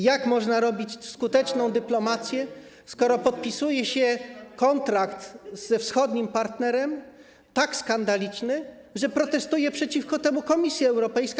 Jak można robić skuteczną dyplomację, skoro podpisuje się kontrakt ze wschodnim partnerem tak skandaliczny, że protestuje przeciwko temu Komisja Europejska?